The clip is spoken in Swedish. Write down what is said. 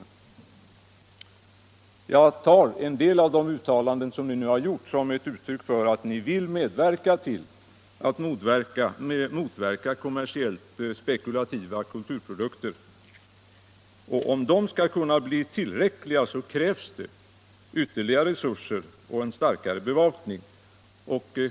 av film om Jesu liv Jag tar emellertid de uttalanden som nu har gjorts som ett uttryck för att ni vill hjälpa till att motverka kommersiellt spekulativa kultur produkter. Men om de åtgärderna skall kunna bli tillräckliga, så krävs det ytterligare resurser och en starkare bevakning.